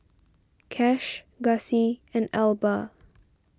Cash Gussie and Elba